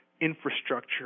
infrastructure